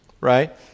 right